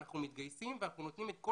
אנחנו מתגייסים ואנחנו נותנים את כל